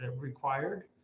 required